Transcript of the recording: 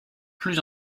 plus